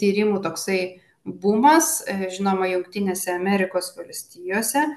tyrimų toksai bumas žinoma jungtinėse amerikos valstijose